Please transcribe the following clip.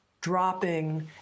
dropping